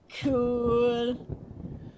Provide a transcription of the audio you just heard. Cool